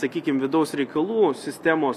sakykim vidaus reikalų sistemos